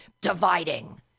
dividing